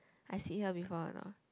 I see her before or not